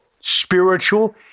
spiritual